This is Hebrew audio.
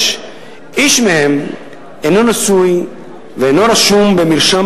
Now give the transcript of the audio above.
6. איש מהם אינו נשוי ואינו רשום במרשם